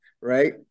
right